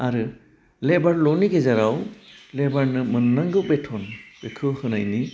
आरो लेबार ल' नि गेजेराव लेबारनो मोननांगौ बेटन बेखौ होनायनि